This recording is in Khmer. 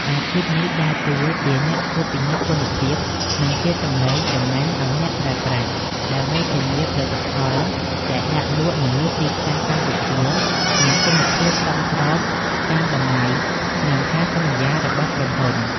អាជីពនេះដើរតួជាអ្នកត្រួតពិនិត្យគុណភាព និងជាសំឡេងតំណាងឱ្យអ្នកប្រើប្រាស់ ដើម្បីធានាថាផលិតផលដែលដាក់លក់នៅលើទីផ្សារកម្ពុជាមានគុណភាពសមស្របតាមតម្លៃ និងការសន្យារបស់ក្រុមហ៊ុន។